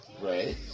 Right